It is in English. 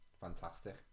fantastic